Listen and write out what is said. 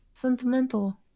sentimental